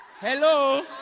hello